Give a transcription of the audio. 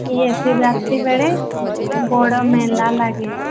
yes Shivratri ବେଳେ ବଡ଼ ମେଳା ଲାଗେ